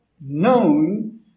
known